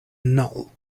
null